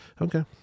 Okay